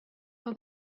for